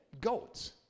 goats